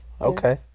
Okay